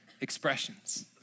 expressions